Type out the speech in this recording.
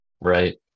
Right